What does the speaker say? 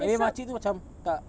and then mak cik tu macam tak